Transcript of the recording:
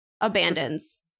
abandons